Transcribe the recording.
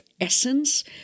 essence